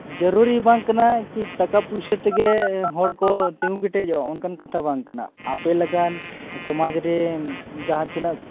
ᱡᱚᱨᱩᱨᱤ ᱵᱟᱝ ᱠᱟᱱᱟ ᱠᱤ ᱴᱟᱠᱟ ᱯᱩᱭᱥᱟᱹᱛᱮᱜᱮ ᱦᱚᱲᱠᱚ ᱛᱤᱸᱜᱩ ᱠᱮᱴᱮᱡᱚᱜᱼᱟ ᱚᱱᱠᱟᱱ ᱠᱟᱛᱷᱟ ᱵᱟᱝᱠᱟᱱᱟ ᱟᱯᱮ ᱞᱮᱠᱟᱱ ᱥᱚᱢᱟᱡᱽᱨᱮᱱ ᱡᱟᱦᱟᱸᱛᱤᱱᱟᱹᱜ